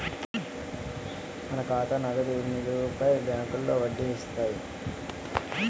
మన ఖాతా నగదు నిలువులపై బ్యాంకులో వడ్డీలు ఇస్తాయి